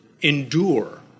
Endure